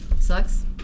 sucks